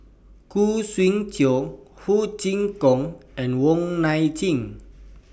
Khoo Swee Chiow Ho Chee Kong and Wong Nai Chin